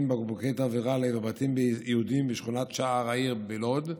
בקבוקי תבערה לעבר בתים יהודיים בשכונת שער העיר בלוד,